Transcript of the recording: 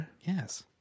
Yes